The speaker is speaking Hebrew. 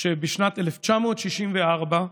שבשנת 1964,